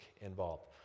involved